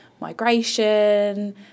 migration